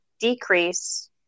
decrease